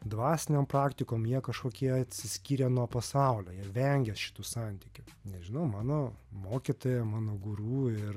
dvasinėm praktikom jie kažkokie atsiskyrę nuo pasaulio jie vengia šitų santykių nežinau mano mokytoja mano guru ir